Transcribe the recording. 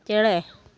ᱪᱮᱬᱮᱸ